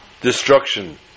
destruction